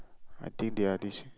I think they are this